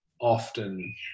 often